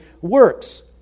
works